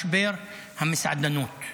משבר המסעדנות.